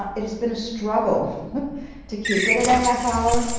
but it has been a struggle to keep it at a half hour.